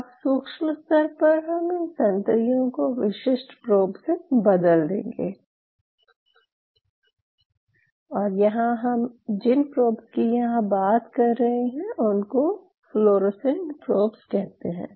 अब सूक्ष्म स्तर पर हम इन संतरियों को विशिष्ट प्रोब से बदल देंगे और यहाँ हम जिन प्रोब्स की यहाँ बात कर रहे हैं उनको फ्लोरेसेंट प्रोब्स कहते हैं